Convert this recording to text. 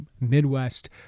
Midwest